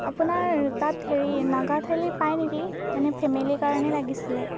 আপোনাৰ তাত হেৰি নাগা থালি পায় নেকি মানে ফেমিলি কাৰণে লাগিছিলে